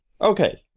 Okay